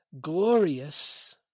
glorious